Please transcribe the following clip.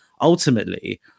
Ultimately